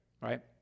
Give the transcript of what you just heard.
Right